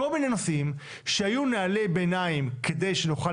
כל מיני נושאים שהיו נהלי ביניים כדי שנוכל